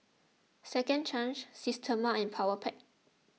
Second Chance Systema and Powerpac